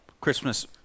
Christmas